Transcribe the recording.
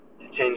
change